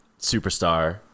superstar